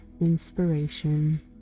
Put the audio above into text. inspiration